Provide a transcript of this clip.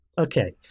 okay